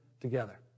together